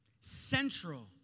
central